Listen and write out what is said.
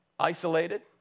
Isolated